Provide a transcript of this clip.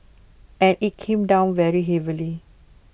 and IT came down very heavily